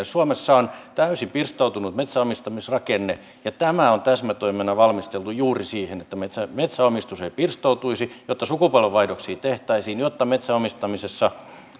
suomessa on täysin pirstoutunut metsänomistamisrakenne ja tämä on täsmätoimena valmisteltu juuri siihen että metsänomistus ei pirstoutuisi jotta sukupolvenvaihdoksia tehtäisiin jotta metsänomistamisessa